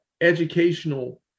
educational